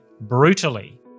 brutally